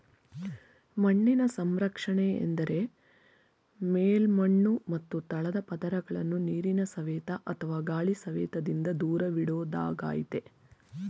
ಮಣ್ಣಿನ ಸಂರಕ್ಷಣೆ ಎಂದರೆ ಮೇಲ್ಮಣ್ಣು ಮತ್ತು ತಳದ ಪದರಗಳನ್ನು ನೀರಿನ ಸವೆತ ಅಥವಾ ಗಾಳಿ ಸವೆತದಿಂದ ದೂರವಿಡೋದಾಗಯ್ತೆ